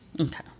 Okay